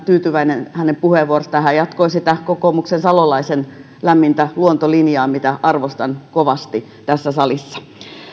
tyytyväinen hänen puheenvuorostaan hän jatkoi sitä kokoomuksen salolaisen lämmintä luontolinjaa mitä arvostan kovasti tässä salissa